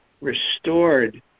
restored